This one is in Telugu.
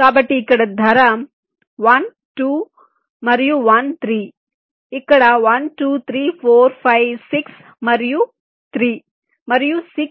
కాబట్టి ఇక్కడ ధర 1 2 మరియు 1 3 ఇక్కడ 1 2 3 4 5 6 మరియు 3 మరియు 6